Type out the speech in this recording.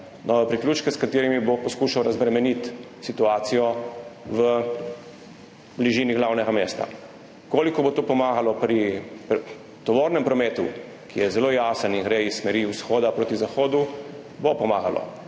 nove priključke, s katerimi bo poskušal razbremeniti situacijo v bližini glavnega mesta. Koliko bo to pomagalo pri tovornem prometu, ki je zelo jasen in gre iz smeri vzhoda proti zahodu? Bo pomagalo,